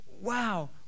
wow